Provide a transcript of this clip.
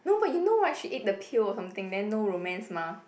no but you know what she eat the pill or something then no romance mah